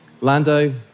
Lando